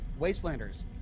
Wastelanders